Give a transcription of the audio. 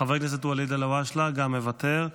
חבר הכנסת ואליד אלהואשלה, גם מוותר.